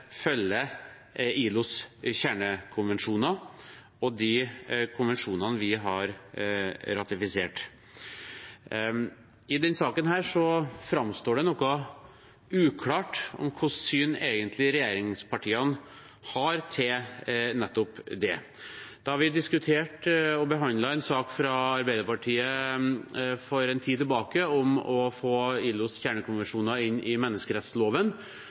følger ILOs kjernekonvensjoner og de konvensjonene vi har ratifisert. I denne saken framstår det noe uklart hvilket syn regjeringspartiene egentlig har på nettopp det. Da vi for en tid tilbake diskuterte og behandlet en sak fra Arbeiderpartiet om å få ILOs kjernekonvensjoner inn i menneskerettsloven,